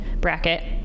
bracket